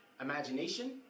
imagination